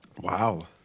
wow